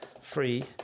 free